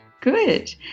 Good